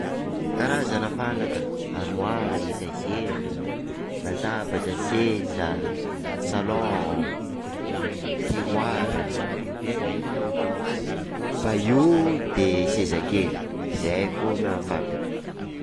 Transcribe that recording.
Karazana fanaka: armoir, etazera, latabatra, seza, salon, tiroara, bahut de seza kely, zay foana fantako.